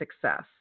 success